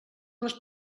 les